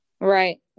Right